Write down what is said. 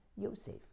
Yosef